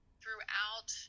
throughout